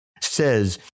says